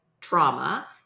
trauma